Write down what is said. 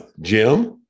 Jim